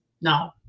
No